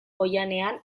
oihanean